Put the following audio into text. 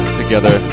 together